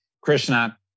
Krishna